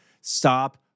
Stop